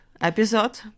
episode